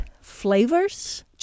flavors